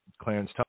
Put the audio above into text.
Clarence